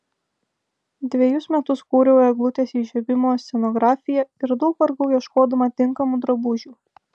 dvejus metus kūriau eglutės įžiebimo scenografiją ir daug vargau ieškodama tinkamų drabužių